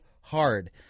hard